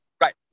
right